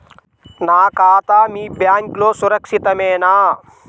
నా ఖాతా మీ బ్యాంక్లో సురక్షితమేనా?